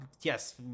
yes